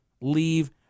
leave